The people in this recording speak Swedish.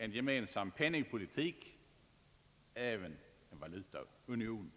— en gemensam penningpolitik, en valutaunion,